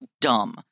dumb